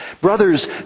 Brothers